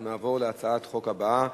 אנחנו נעבור להצעת החוק הבאה,